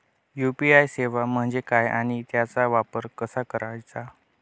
UPI सेवा म्हणजे काय आणि त्याचा वापर कसा करायचा?